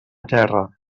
terra